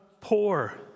poor